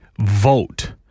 vote